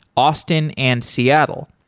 austin and seattle.